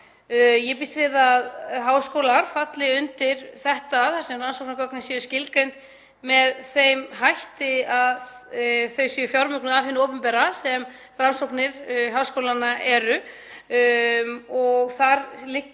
Ég býst við að háskólar falli undir þetta þar sem rannsóknargögnin eru skilgreind með þeim hætti að þau eru fjármögnuð af hinu opinbera sem rannsóknir háskólanna eru. Þar liggja